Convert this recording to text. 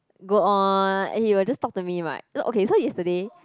go on and he will just talk to me right so okay so yesterday